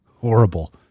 horrible